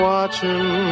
Watching